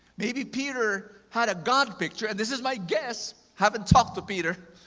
maybe peter had a god picture, and this is my guess. haven't talked to peter.